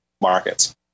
markets